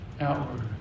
outward